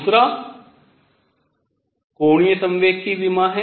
दूसरा कोणीय संवेग की विमा है